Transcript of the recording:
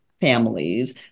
families